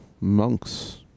Monks